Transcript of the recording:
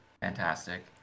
fantastic